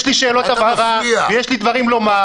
יש לי שאלות הבהרה ויש לי דברים לומר.